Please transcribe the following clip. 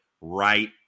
right